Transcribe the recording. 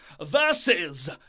versus